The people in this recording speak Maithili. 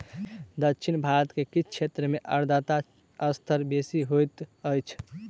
दक्षिण भारत के किछ क्षेत्र में आर्द्रता स्तर बेसी होइत अछि